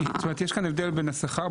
זאת אומרת יש כאן הבדל בין השכר,